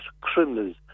criminals